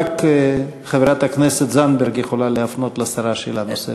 רק חברת הכנסת זנדברג יכולה להפנות לשרה שאלה נוספת.